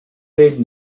trade